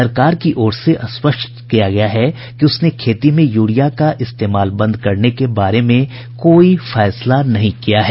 सरकार की ओर से स्पष्ट किया गया है कि उसने खेती में यूरिया का इस्तेमाल बंद करने के बारे में कोई फैसला नहीं किया है